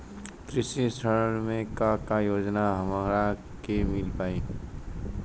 कृषि ऋण मे का का योजना हमरा के मिल पाई?